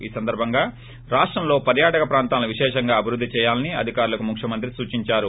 ఈ సందర్భంగా రాష్టంలో పర్యాటక ప్రాంతాలను విశేషంగా అభివృద్ధి చేయాలని అధికారులకు ముఖ్యమంత్రి సూచించారు